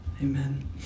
Amen